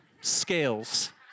Scales